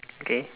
okay